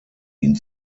ihn